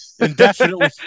indefinitely